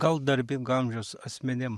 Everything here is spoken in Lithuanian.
gal darbingo amžiaus asmenim